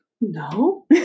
No